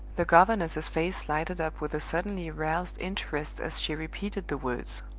the governess's face lighted up with a suddenly roused interest as she repeated the words.